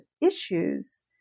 issues